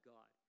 God